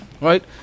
right